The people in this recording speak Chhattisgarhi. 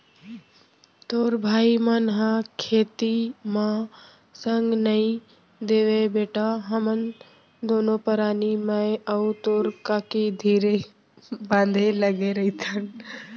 तोर भाई मन ह खेती म संग नइ देवयँ बेटा हमन दुनों परानी मैं अउ तोर काकी धीरे बांधे लगे रइथन